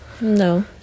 No